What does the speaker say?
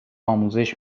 آموزش